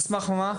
על סמך מה?